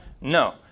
No